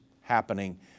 happening